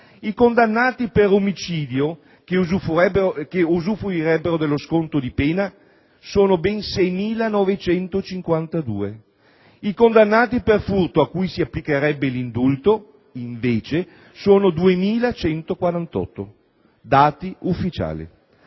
i condannati per omicidio che usufruirebbero dello sconto di pena sono ben 6.952, mentre i condannati per furto a cui si applicherebbe l'indulto sono invece 2.148; sono dati ufficiali.